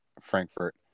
Frankfurt